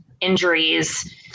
injuries